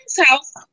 house